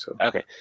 Okay